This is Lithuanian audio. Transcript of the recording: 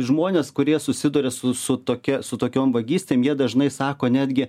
žmonės kurie susiduria su su tokia su tokiom vagystėm jie dažnai sako netgi